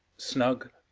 snug,